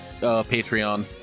Patreon